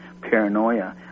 paranoia